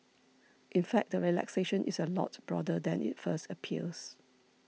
in fact the relaxation is a lot broader than it first appears